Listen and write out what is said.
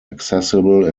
accessible